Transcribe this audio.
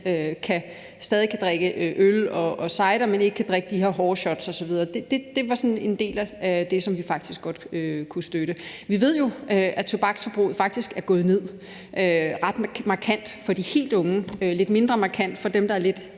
stadig kan drikke øl og cider, men ikke kan drikke de her hårde shots osv., var sådan en del af det, som vi faktisk godt kunne støtte. Vi ved jo, at tobaksforbruget faktisk er gået ret markant ned for de helt unge og lidt mindre markant for dem, der er lidt